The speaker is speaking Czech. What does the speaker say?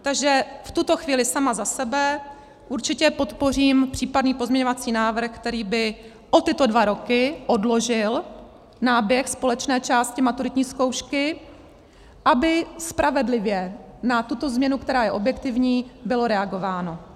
Takže v tuto chvíli sama za sebe určitě podpořím případný pozměňovací návrh, který by o tyto dva roky odložil náběh společné části maturitní zkoušky, aby spravedlivě na tuto změnu, která je objektivní, bylo reagováno.